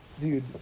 Dude